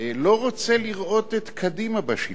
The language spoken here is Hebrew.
לא רוצה לראות את קדימה בשלטון.